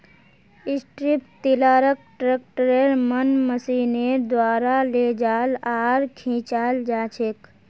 strip टीलारक ट्रैक्टरेर मन मशीनेर द्वारा लेजाल आर खींचाल जाछेक